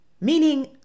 meaning